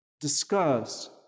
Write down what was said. discuss